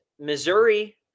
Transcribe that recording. Missouri